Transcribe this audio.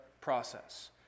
process